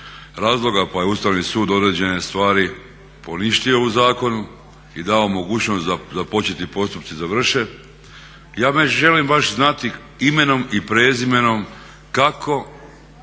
razloga pa je Ustavni sud određene stvari poništio u zakonu i dao mogućnost da započeti postupci završe. Ja međutim baš želim znati imenom i prezimenom kako